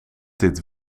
dit